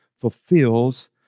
fulfills